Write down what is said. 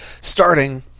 starting